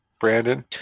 brandon